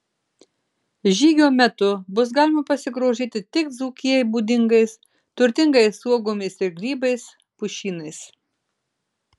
žygio metu bus galima pasigrožėti tik dzūkijai būdingais turtingais uogomis ir grybais pušynais